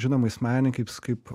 žinomais menininkais kaip